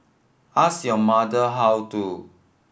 ask your mother how to